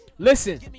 Listen